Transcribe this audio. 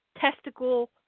testicle